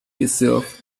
itself